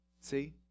See